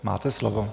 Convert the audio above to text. Máte slovo.